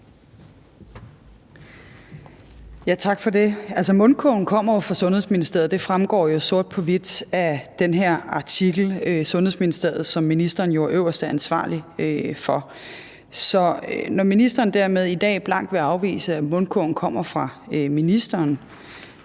Tak for det. Altså, mundkurven kommer fra Sundhedsministeriet – det fremgår jo sort på hvidt af den her artikel – som ministeren jo er øverste ansvarlige for. Så når ministeren dermed i dag blankt vil afvise, at mundkurven kommer fra ministeren,